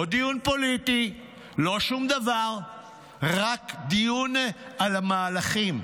לא דיון פוליטי, לא שום דבר, רק דיון על מהלכים,